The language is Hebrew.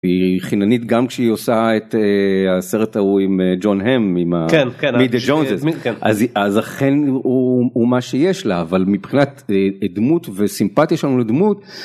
היא חיננית גם כשהיא עושה את הסרט ההוא עם ג'ון האם, אם המידה ג'ונזז ,אז אכן הוא משיש לה אבל מבחינת דמות וסימפטיה שלנו לדמות...